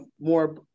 more